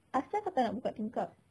asal kau tak nak buka tingkap